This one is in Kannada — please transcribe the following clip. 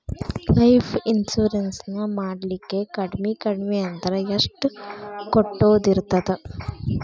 ಲೈಫ್ ಇನ್ಸುರೆನ್ಸ್ ನ ಮಾಡ್ಲಿಕ್ಕೆ ಕಡ್ಮಿ ಕಡ್ಮಿ ಅಂದ್ರ ಎಷ್ಟ್ ಕಟ್ಟೊದಿರ್ತದ?